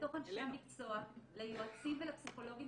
לתוך אנשי המקצוע, ליועצים ולפסיכולוגים